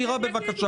שירה, בבקשה.